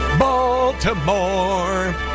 Baltimore